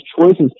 choices